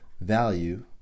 value